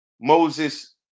Moses